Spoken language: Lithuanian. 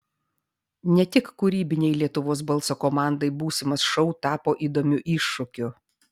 ne tik kūrybinei lietuvos balso komandai būsimas šou tapo įdomiu iššūkiu